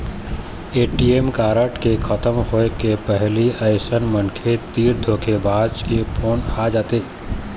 ATM card के खतम होए के पहिली अइसन मनखे तीर धोखेबाज के फोन आ जाथे